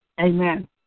Amen